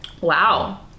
Wow